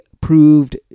proved